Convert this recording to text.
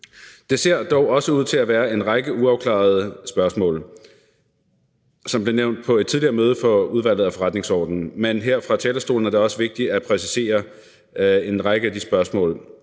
Der ser dog også ud til at være en række uafklarede spørgsmål, som blev nævnt på et tidligere møde for Udvalget for Forretningsordenen, men her fra talerstolen er det også vigtigt at præcisere en række af de spørgsmål.